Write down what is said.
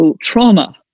trauma